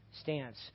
stance